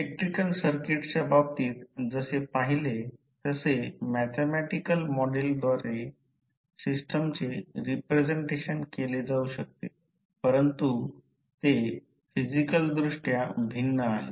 electrical सर्किट्सच्या बाबतीत जसे पाहिले तसे मॅथॅमॅटिकॅल मॉडेलद्वारे सिस्टमचे रिप्रेझेंटेशन केले जाऊ शकते परंतु ते फिजिकलदृष्ट्या भिन्न आहेत